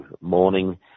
morning